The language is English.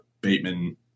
Bateman